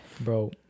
bro